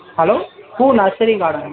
hello பூ nursery கார்டனா